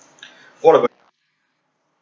what about